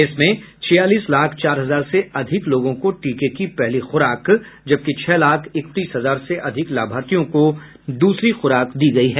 इसमें छियालीस लाख चार हजार से अधिक लोगों को टीके की पहली खुराक जबकि छह लाख इकतीस हजार से अधिक लाभार्थियों को दूसरी खुराक दी गयी है